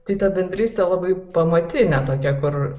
tai ta bendrystė labai pamatinė tokia kur